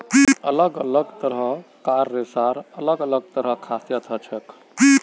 अलग अलग तरह कार रेशार अलग अलग खासियत हछेक